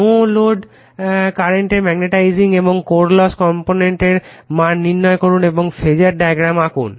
no load কারেন্টের magnetising এবং core loss কম্পোনেন্টের মান নির্ণয় করুন এবং ফেজার ডায়াগ্রাম আঁকুন